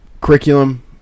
curriculum